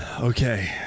Okay